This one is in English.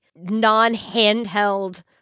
non-handheld